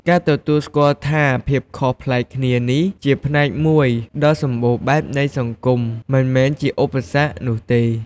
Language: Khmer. ការទទួលស្គាល់ថាភាពខុសប្លែកគ្នានេះជាផ្នែកមួយដ៏សម្បូរបែបនៃសង្គម មិនមែនជាឧបសគ្គនោះទេ។